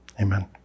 Amen